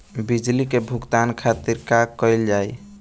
बिजली के भुगतान खातिर का कइल जाइ?